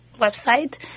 website